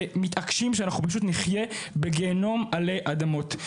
ומתעקשים שאנחנו פשוט נחיה בגיהינום עלי אדמות.